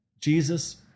Jesus